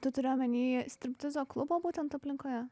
tu turi omeny striptizo klubo būtent aplinkoje